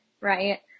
right